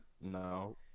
No